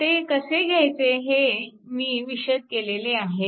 ते कसे घ्यायचे आहे हे मी विशद केलेले आहेच